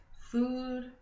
food